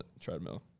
treadmill